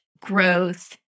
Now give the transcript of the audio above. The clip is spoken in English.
growth